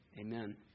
Amen